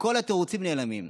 וכל התירוצים נעלמים.